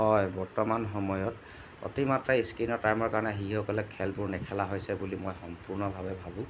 হয় বৰ্তমান সময়ত অতি মাত্ৰা স্কীনৰ টাইমৰ কাৰণে শিশুসকলে খেলবোৰ নেখেলা হৈছে বুলি মই সম্পূৰ্ণভাৱে ভাবোঁ